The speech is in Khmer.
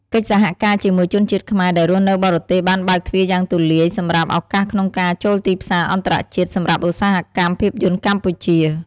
កិច្ចសហការជាមួយជនជាតិខ្មែរដែលរស់នៅបរទេសបានបើកទ្វារយ៉ាងទូលាយសម្រាប់ ឱកាសក្នុងការចូលទីផ្សារអន្តរជាតិ សម្រាប់ឧស្សាហកម្មភាពយន្តកម្ពុជា។